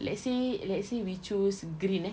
let's say let's say we choose green eh